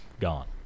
gone